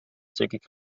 zügig